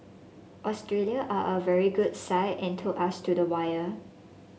Australia are a very good side and took us to the wire